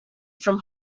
from